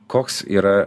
koks yra